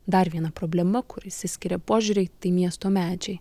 dar viena problema kur išsiskiria požiūriai tai miesto medžiai